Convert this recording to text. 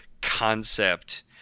concept